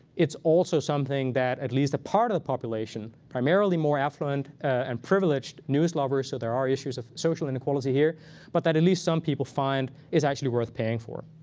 it's also something that at least a part of the population, primarily more affluent and privileged news lovers so there are issues of social inequality here but that at least some people find it's actually worth paying for.